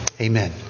Amen